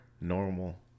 normal